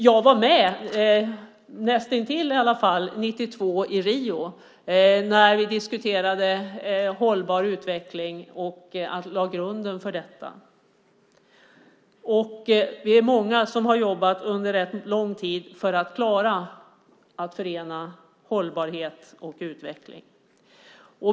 Jag var med, näst intill i alla fall, i Rio 1992 när vi diskuterade hållbar utveckling och lade grunden för den. Vi är många som under ganska lång tid jobbat för att kunna förena hållbarhet och utveckling.